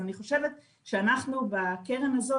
אז אני חושבת שאנחנו בקרן הזאת,